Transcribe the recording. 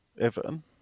Everton